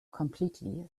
completely